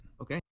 Okay